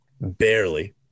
Barely